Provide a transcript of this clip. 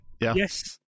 Yes